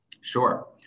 Sure